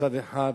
מצד אחד,